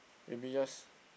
maybe just